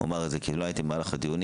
אבל אומר את זה כי לא הייתן במהלך הדיונים,